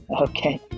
okay